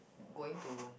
going to